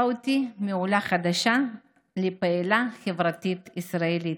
אותי מעולה חדשה לפעילה חברתית ישראלית.